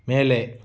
மேலே